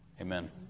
Amen